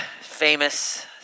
famous